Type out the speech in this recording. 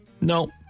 No